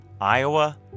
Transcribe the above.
Iowa